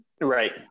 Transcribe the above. Right